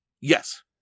Yes